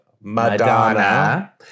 Madonna